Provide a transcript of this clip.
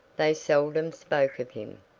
they seldom spoke of him.